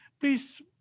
Please